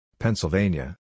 Pennsylvania